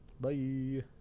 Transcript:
Bye